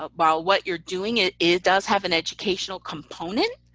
ah well what you're doing, it it does have an educational component,